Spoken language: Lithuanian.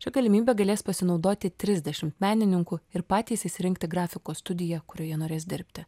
šia galimybe galės pasinaudoti trisdešimt menininkų ir patys išsirinkti grafikos studiją kurioje norės dirbti